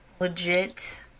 Legit